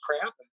crap